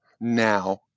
now